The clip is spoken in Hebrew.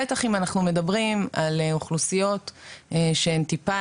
בטח אם אנחנו מדברים על אוכלוסיות שהן טיפה